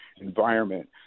environment